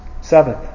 seventh